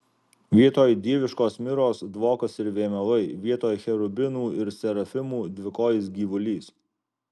vietoj dieviškos miros dvokas ir vėmalai vietoj cherubinų ir serafimų dvikojis gyvulys